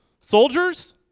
Soldiers